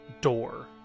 door